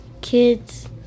kids